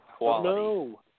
no